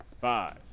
Five